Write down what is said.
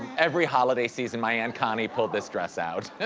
every holiday season, my aunt connie pulled this dress out.